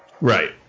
Right